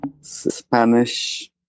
Spanish